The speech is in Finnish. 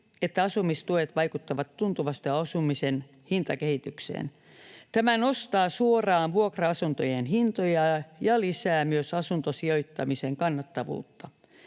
että asumistuet vaikuttavat tuntuvasti asumisen hintakehitykseen. Tämä nostaa suoraan vuokra-asuntojen hintoja ja lisää myös asuntosijoittamisen kannattavuutta.